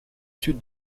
sud